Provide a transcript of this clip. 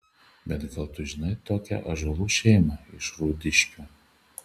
bet gal tu žinai tokią ąžuolų šeimą iš rūdiškių